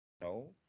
No